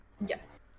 yes